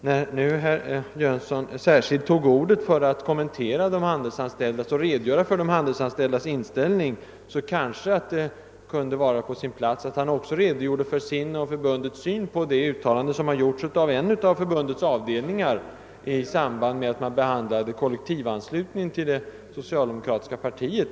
När nu herr Jönsson tog ordet särskilt för att redogöra för de handelsanställdas inställning, så kunde det vara på sin plats att han också redovisade sin och förbundets syn på det uttalande som gjorts av en av förbundets avdelningar i samband med behandling av frågan om kollektivanslutning till det socialdemokratiska partiet.